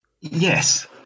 Yes